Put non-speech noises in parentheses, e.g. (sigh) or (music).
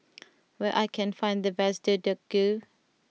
(noise) where I can find the best Deodeok Gui